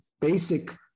basic